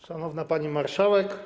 Szanowna Pani Marszałek!